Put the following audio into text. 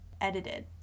edited